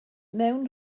mewn